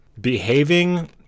behaving